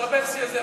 הטרבלסי הזה,